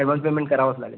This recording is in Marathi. ॲडव्हान्स पेमेंट करावंच लागेल